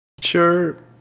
Sure